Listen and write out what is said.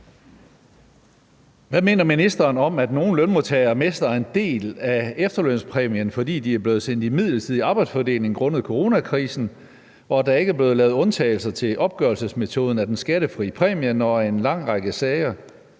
Hvad mener ministeren om, at nogle lønmodtagere mister en del af efterlønspræmien, fordi de er blevet sendt i midlertidig arbejdsfordeling grundet coronakrisen, og at der ikke blev lavet undtagelser til opgørelsesmetoden for den skattefri præmie, når en lang række andre